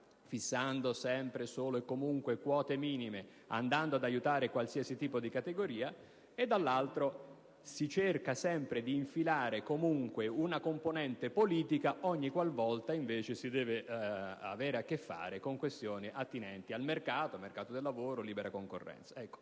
fissando sempre, solo e comunque quote minime e andando ad aiutare qualsiasi tipo di categoria e, dall'altra, si cerca sempre di infilare comunque una componente politica ogni qualvolta si ha a che fare con questioni attinenti al mercato del lavoro ed alla libera concorrenza.